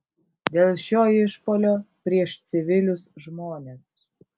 dėl šio išpuolio prieš civilius žmones